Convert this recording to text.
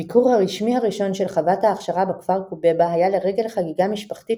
הביקור הרשמי הראשון של חוות ההכשרה בכפר קובייבה היה לרגל חגיגה משפחתית